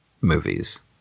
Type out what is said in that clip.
movies